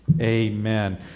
amen